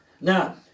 Now